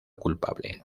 culpable